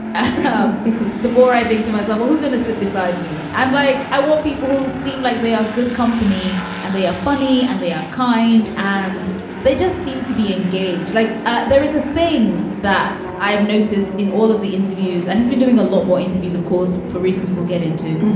um the more i think to myself, well, who's going to sit beside me? and like, i want people who seem like they are good company and they are ah funny and they are kind and they just seem to be engaged like ah there is a thing that i have noticed in all of the interviews and he's been doing a lot more interviews, of course, for reasons we'll get into.